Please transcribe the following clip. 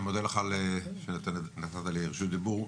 אני מודה לך שנתת לי לרשות דיבור.